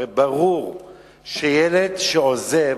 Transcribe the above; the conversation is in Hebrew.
הרי ברור שילד שעוזב,